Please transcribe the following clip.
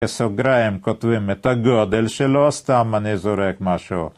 בסוגריים כותבים את הגודל שלו, סתם אני זורק משהו